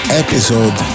episode